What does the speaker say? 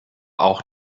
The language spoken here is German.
auch